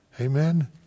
Amen